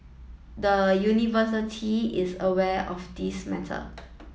the University is aware of this matter